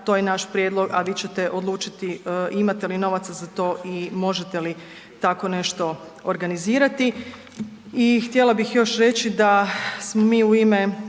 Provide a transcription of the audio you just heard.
to je naš prijedlog, a vi ćete odlučiti imate li novaca za to i možete li tako nešto organizirati. I htjela bih još reći da smo mi u ime